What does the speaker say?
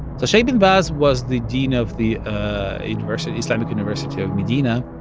so sheikh ibn baz was the dean of the university, islamic university of medina.